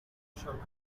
shouted